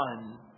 one